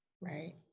Right